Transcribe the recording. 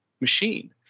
machine